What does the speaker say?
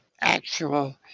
actual